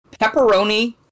pepperoni